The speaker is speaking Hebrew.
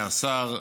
מהשר,